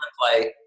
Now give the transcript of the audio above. play